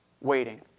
waiting